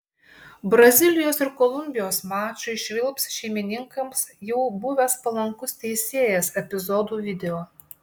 brazilijos ir kolumbijos mačui švilps šeimininkams jau buvęs palankus teisėjas epizodų video